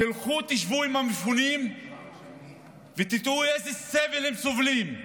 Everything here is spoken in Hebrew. לכו שבו עם המפונים ותראו איזה סבל הם סובלים,